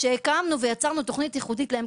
הקמנו ויצרנו תוכנית ייחודית להם,